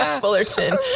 Fullerton